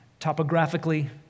topographically